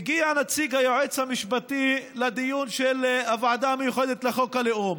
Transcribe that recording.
מגיע נציג היועץ המשפטי לדיון של הוועדה המיוחדת לחוק הלאום